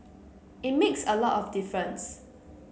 it makes a lot of difference